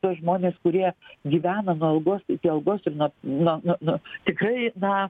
tuos žmones kurie gyvena nuo algos iki algos ir nu nu nu tikrai na